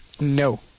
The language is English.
No